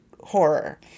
horror